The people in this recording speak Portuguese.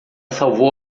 salvou